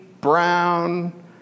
brown